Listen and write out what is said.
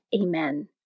Amen